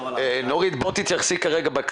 גם לאור כל המספרים שאתם מציגים כאן,